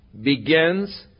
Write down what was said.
begins